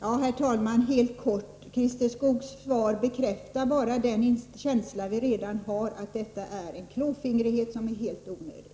Herr talman! Christer Skoogs svar bekräftar den känsla vi redan har — detta är en klåfingrighet som är helt onödig.